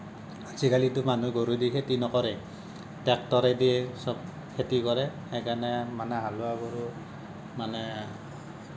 আজিকালিটো মানুহে গৰু দি খেতি নকৰে ট্ৰেক্টৰেদি সব খেতি কৰে সেইকাৰণে মানে হালোৱা গৰু মানে